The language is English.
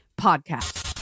podcast